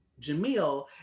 Jamil